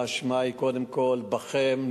האשמה היא קודם כול בכם,